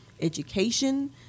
education